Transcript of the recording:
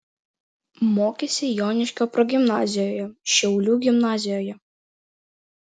mokėsi joniškio progimnazijoje šiaulių gimnazijoje